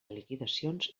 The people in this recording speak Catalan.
liquidacions